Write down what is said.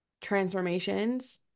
transformations